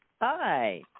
Hi